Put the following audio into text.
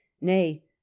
nay